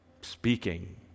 speaking